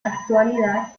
actualidad